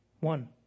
One